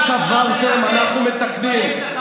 אתם שברתם, אנחנו מתקנים.